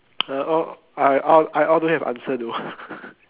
uh all I all I all don't have answer though